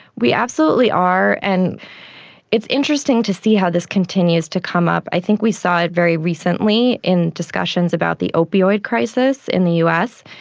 we absolutely are. and it's interesting to see how this continues to come up. i think we saw it very recently in discussions about the opioid crisis in the us.